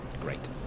great